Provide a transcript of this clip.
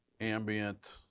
ambient